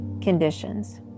conditions